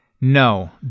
No